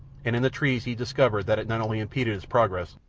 and in the trees he discovered that it not only impeded his progress,